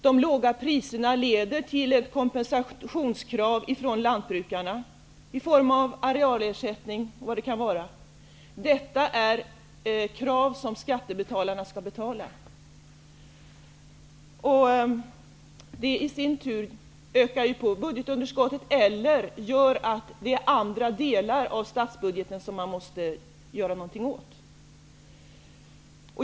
De låga priserna leder till kompensationskrav från lantbrukarna, i form av arealersättning och annat. Detta är kompensation som skattebetalarna skall betala. Detta ökar ju i sin tur på budgetunderskottet eller gör att man måste göra någonting åt andra delar i statsbudgeten.